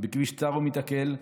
בכביש צר ומתעקל,